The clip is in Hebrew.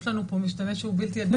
יש לנו פה משתנה שהוא בלתי ידוע.